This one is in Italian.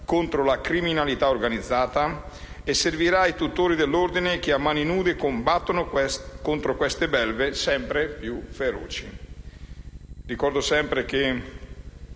Ricordo sempre che